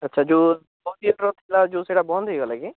ଆଚ୍ଛା ଯେଉଁ ଥିଲା ଯେଉଁ ସେଇଟା ବନ୍ଦ ହେଇଗଲା କି